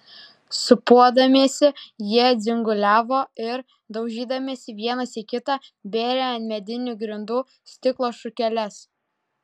sūpuodamiesi jie dzinguliavo ir daužydamiesi vienas į kitą bėrė ant medinių grindų stiklo šukeles